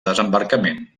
desembarcament